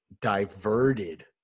diverted